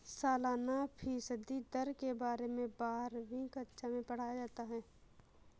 सालाना फ़ीसदी दर के बारे में बारहवीं कक्षा मैं पढ़ाया जाता है